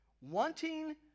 wanting